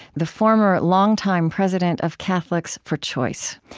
the former, longtime president of catholics for choice.